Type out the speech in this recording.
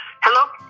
Hello